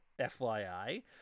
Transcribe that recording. FYI